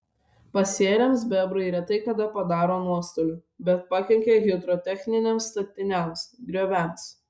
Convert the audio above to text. pasėliams bebrai retai kada padaro nuostolių bet pakenkia hidrotechniniams statiniams grioviams